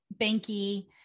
Banky